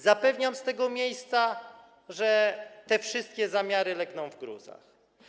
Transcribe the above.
Zapewniam z tego miejsca, że te wszystkie zamiary legną w gruzach.